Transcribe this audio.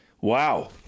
Wow